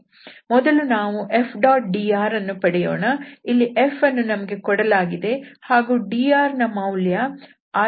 ಮೊದಲು ನಾವು F⋅dr ಅನ್ನು ಪಡೆಯೋಣ ಇಲ್ಲಿ Fಅನ್ನು ನಮಗೆ ಕೊಡಲಾಗಿದೆ ಹಾಗೂ dr ನ ಮೌಲ್ಯ idxjdykdz